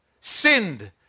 sinned